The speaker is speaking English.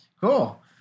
cool